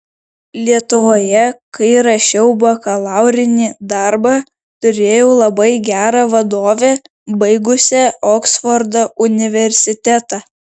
lietuvoje kai rašiau bakalaurinį darbą turėjau labai gerą vadovę baigusią oksfordo universitetą